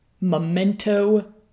memento